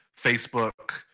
Facebook